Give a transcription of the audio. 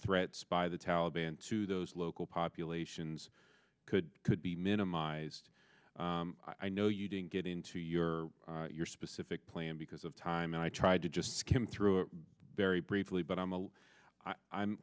threats by the taliban to those local populations could could be minimized i know you didn't get into your your specific plan because of time and i tried to just skim through a very briefly but i'm a i